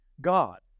God